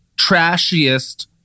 trashiest